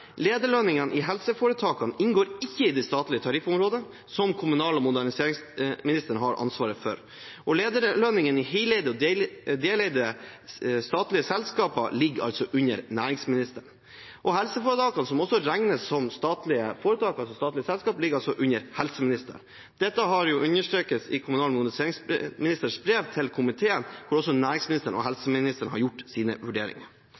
lederlønningene i helseforetakene inngår ikke i det statlige tariffområdet, som kommunal- og moderniseringsministeren har ansvaret for. Og lederlønningene i heleide og deleide statlige selskaper ligger under næringsministeren. Helseforetakene, som også regnes som statlige selskaper, ligger under helseministeren. Dette understrekes i kommunal- og moderniseringsministerens brev til komiteen, hvor også næringsministeren og helseministeren har gjort sine vurderinger.